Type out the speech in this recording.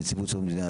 מנציבות שירות המדינה,